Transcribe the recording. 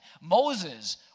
Moses